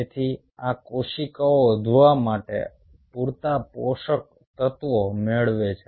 તેથી આ કોશિકાઓ વધવા માટે પૂરતા પોષક તત્વો મેળવે છે